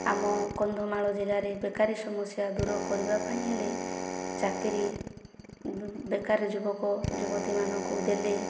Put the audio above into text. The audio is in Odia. ଆମ କନ୍ଧମାଳ ଜିଲ୍ଲାରେ ବେକାରୀ ସମସ୍ୟା ଦୂର କରିବା ପାଇଁ ହେଲେ ଚାକିରି ବେକାର ଯୁବକ ଯୁବତୀମାନଙ୍କୁ ଦେଲେ